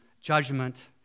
judgment